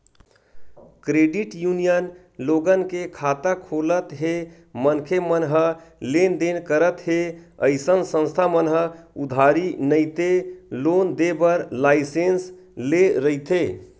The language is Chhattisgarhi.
क्रेडिट यूनियन लोगन के खाता खोलत हे मनखे मन ह लेन देन करत हे अइसन संस्था मन ह उधारी नइते लोन देय बर लाइसेंस लेय रहिथे